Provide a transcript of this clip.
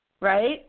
right